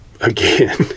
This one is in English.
again